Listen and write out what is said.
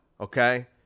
okay